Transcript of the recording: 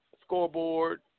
scoreboard